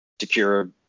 secure